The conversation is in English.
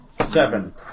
Seven